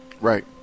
right